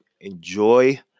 Enjoy